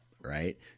right